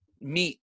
meet